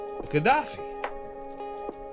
Gaddafi